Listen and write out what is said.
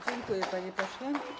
Dziękuję, panie pośle.